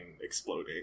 exploding